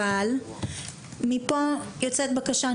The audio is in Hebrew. אבל, מפה יוצאת בקשה.